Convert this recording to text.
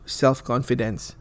self-confidence